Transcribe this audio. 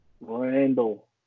Randall